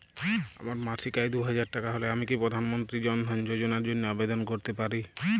আমার মাসিক আয় দুহাজার টাকা হলে আমি কি প্রধান মন্ত্রী জন ধন যোজনার জন্য আবেদন করতে পারি?